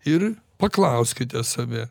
ir paklauskite save